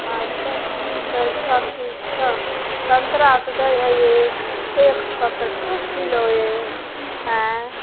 अच्छा ठीक हइ सबचीजसँ सन्तरा तऽ दै हइ एक सओके दुइ किलो यइ अँए